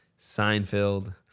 Seinfeld